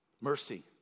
Mercy